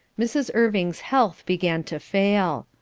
mrs. irving's health began to fail.